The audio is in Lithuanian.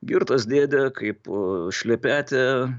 girtas dėdė kaip šlepetė